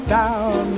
down